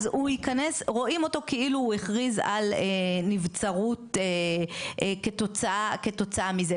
אז רואים אותו כאילו הוא הכריז על נבצרות כתוצאה מזה,